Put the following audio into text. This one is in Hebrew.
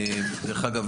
דרך אגב,